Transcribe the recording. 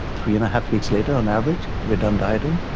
three and a half weeks later, on average, we are done dieting,